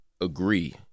agree